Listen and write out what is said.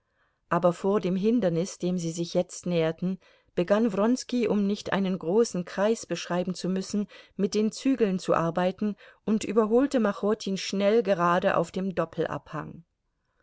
aber vor dem hindernis dem sie sich jetzt näherten begann wronski um nicht einen großen kreis beschreiben zu müssen mit den zügeln zu arbeiten und überholte machotin schnell gerade auf dem